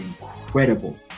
incredible